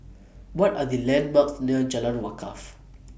What Are The landmarks near Jalan Wakaff